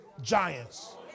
giants